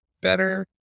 better